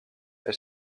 elle